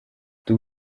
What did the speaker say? ati